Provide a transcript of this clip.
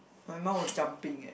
my mum were jumping eh